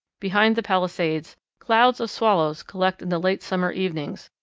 behind the palisades, clouds of swallows collect in the late summer evenings,